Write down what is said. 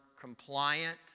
compliant